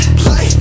play